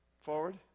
Forward